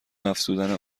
افزودن